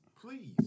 please